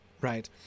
Right